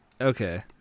okay